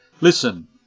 Listen